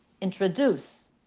introduce